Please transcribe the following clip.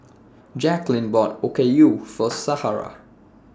Jaclyn bought Okayu For Shara